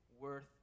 worth